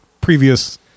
previous